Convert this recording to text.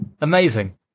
Amazing